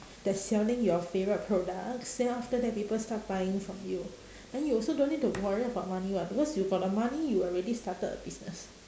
that's selling your favourite products then after that people start buying from you then you also don't need to worry about money what because you got the money you already started a business